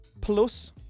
Plus